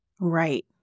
Right